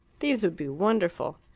these would be wonderful.